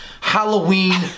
Halloween